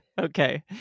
Okay